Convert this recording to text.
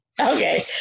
Okay